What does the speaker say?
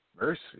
mercy